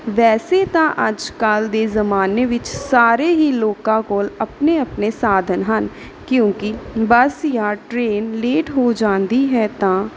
ਵੈਸੇ ਤਾਂ ਅੱਜ ਕੱਲ੍ਹ ਦੇ ਜ਼ਮਾਨੇ ਵਿੱਚ ਸਾਰੇ ਹੀ ਲੋਕਾਂ ਕੋਲ ਆਪਣੇ ਆਪਣੇ ਸਾਧਨ ਹਨ ਕਿਉਂਕਿ ਬਸ ਜਾਂ ਟਰੇਨ ਲੇਟ ਹੋ ਜਾਂਦੀ ਹੈ ਤਾਂ